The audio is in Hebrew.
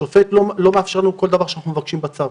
השופט לא מאפשר לנו כל דבר שאנחנו מבקשים בצו.